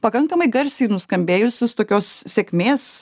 pakankamai garsiai nuskambėjusius tokios sėkmės